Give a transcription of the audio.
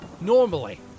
normally